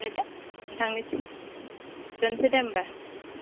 गोजोननाय थाबाय दे नोंथांनिसिम दोनसै दे होनबा